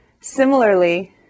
Similarly